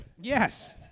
Yes